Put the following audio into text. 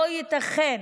לא ייתכן